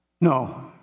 no